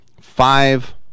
Five